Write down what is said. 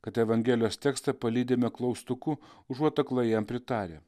kad evangelijos tekstą palydime klaustuku užuot aklai jam pritarę